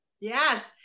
Yes